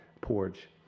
porch